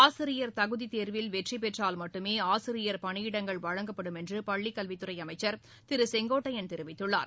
ஆசிரியர் தகுதித் தேர்வில் வெற்றிபெற்றால் மட்டுமே ஆசிரியர் பணியிடங்கள் வழங்கப்படும் என்று பள்ளிக் கல்வித்துறை அமைச்சர் திரு செங்கோட்டையன் தெரிவித்துள்ளார்